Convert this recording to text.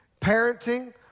Parenting